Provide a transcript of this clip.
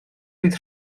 bydd